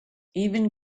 even